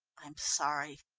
i'm sorry,